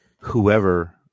whoever